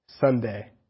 Sunday